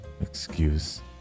excuse